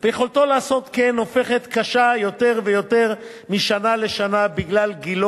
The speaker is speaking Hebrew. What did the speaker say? ויכולתו לעשות כן הופכת קשה יותר משנה לשנה בשל גילו